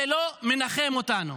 זה לא מנחם אותנו,